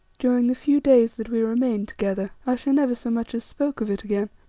during the few days that we remained together ayesha never so much as spoke of it again.